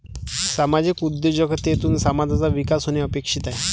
सामाजिक उद्योजकतेतून समाजाचा विकास होणे अपेक्षित आहे